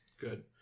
Good